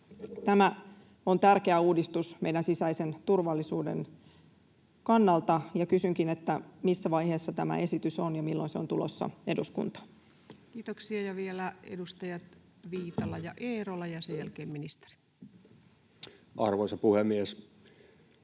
Tämä on tärkeä uudistus meidän sisäisen turvallisuuden kannalta. Kysynkin: missä vaiheessa tämä esitys on, ja milloin se on tulossa eduskuntaan? Kiitoksia. — Vielä edustajat Viitala ja Eerola ja sen jälkeen ministeri. Arvoisa puhemies!